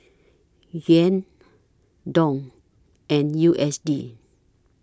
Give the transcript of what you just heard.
Yuan Dong and U S D